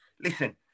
listen